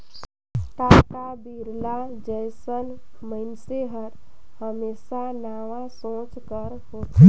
टाटा, बिरला जइसन मइनसे हर हमेसा नावा सोंच कर होथे